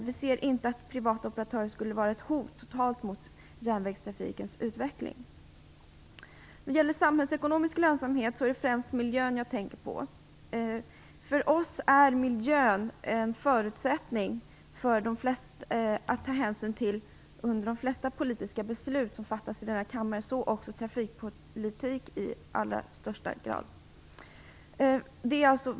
Vi kan inte se att privata operatörer skulle utgöra ett hot mot den totala järnvägstrafikens utveckling. När det gäller samhällsekonomisk lönsamhet tänker jag främst på miljön. För oss är det en förutsättning att man skall ta hänsyn till miljön vid de flesta politiska beslut som fattas i denna kammare, så också vid trafikpolitiska beslut i allra högsta grad.